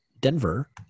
Denver